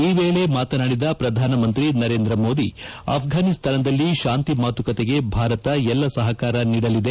ಈ ವೇಳೆ ಮಾತನಾಡಿದ ಪ್ರಧಾನಮಂತ್ರಿ ನರೇಂದ್ರ ಮೋದಿ ಅಪ್ಪಾನಿಸ್ತಾನದಲ್ಲಿ ಶಾಂತಿ ಮಾತುಕತೆಗೆ ಭಾರತ ಎಲ್ಲ ಸಪಕಾರ ನೀಡಲಿದೆ